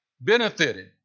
benefited